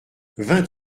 vingt